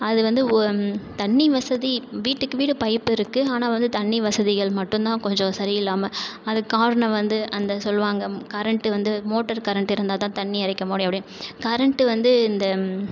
அது வந்து ஒ தண்ணி வசதி வீட்டுக்கு வீடு பைப்பிருக்குது ஆனால் வந்து தண்ணி வசதிகள் மட்டுந்தான் கொஞ்சம் சரி இல்லாமல் அதுக்காரணம் வந்து அந்த சொல்வாங்க கரண்ட் வந்து மோட்டர் கரண்ட் இருந்தாதான் தண்ணிஇறைக்க முடியும் அப்படின் கரண்ட் வந்து இந்த